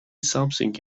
something